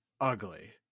ugly